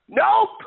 nope